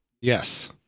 Yes